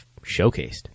showcased